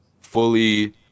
fully